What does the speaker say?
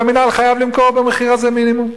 והמינהל חייב למכור במחיר הזה מינימום,